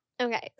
Okay